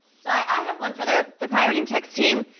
so i have one for that the pirating text team.